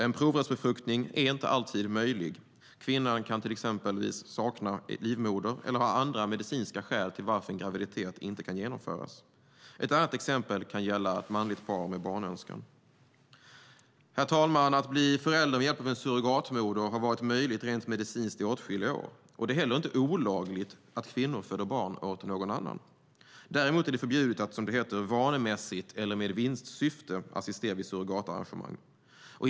En provrörsbefruktning är inte alltid möjlig. Kvinnan kan exempelvis sakna livmoder eller ha andra medicinska skäl till att en graviditet inte kan genomföras. Ett annat exempel kan gälla ett manligt par med barnönskan. Herr talman! Att bli förälder med hjälp av en surrogatmoder har varit möjligt rent medicinskt i åtskilliga år. Det är inte heller olagligt att kvinnor föder barn åt någon annan. Däremot är det förbjudet att, som det heter, vanemässigt eller med vinstsyfte assistera vid surrogatarrangemang.